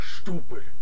stupid